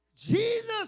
Jesus